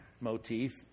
motif